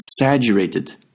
exaggerated